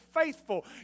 faithful